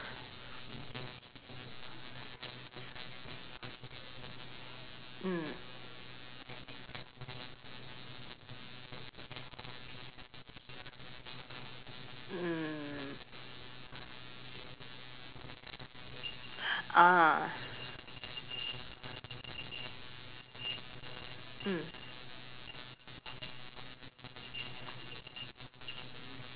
mm mm ah mm